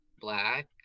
black